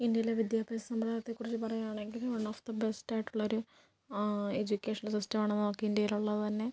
ഇന്ത്യയിലെ വിദ്യാഭ്യാസ സമ്പ്രദായത്തെക്കുറിച്ച് പറയുകയാണെങ്കിൽ വൺ ഓഫ് ദ ബെസ്റ്റായിട്ടുള്ള ഒരു എജ്യുക്കേഷൻ സിസ്റ്റമാണ് നമുക്ക് ഇന്ത്യയിലുള്ളത് തന്നെ